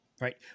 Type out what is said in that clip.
right